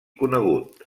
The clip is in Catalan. conegut